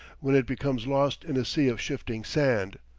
when it becomes lost in a sea of shifting sand.